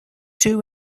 two